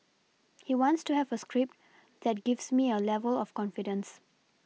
he wants to have a script that gives me a level of confidence